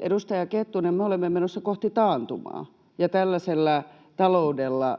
Edustaja Kettunen, me olemme menossa kohti taantumaa — ja tällaisella taloudella,